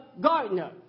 gardener